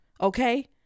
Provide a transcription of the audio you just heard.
okay